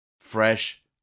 fresh